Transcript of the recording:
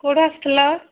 କୋଉଠୁ ଆସିଥିଲ